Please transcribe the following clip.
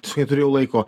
siog neturėjau laiko